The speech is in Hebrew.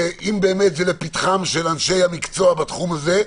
שאם זה באמת לפתחם של אנשי המקצוע בתחום הזה,